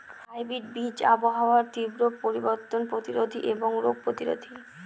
hybrid বীজ আবহাওয়ার তীব্র পরিবর্তন প্রতিরোধী এবং রোগ প্রতিরোধী